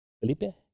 ¿Felipe